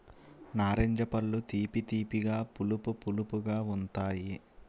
నారింజ పళ్ళు తీపి తీపిగా పులుపు పులుపుగా ఉంతాయి